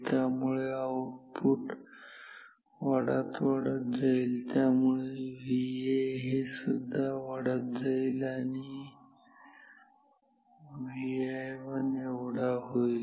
त्यामुळे आउटपुट वाढत वाढत जाईल आणि त्यामुळे VA हेसुद्धा वाढत वाढत जाईल आणि आणि Vi1 एवढा होईल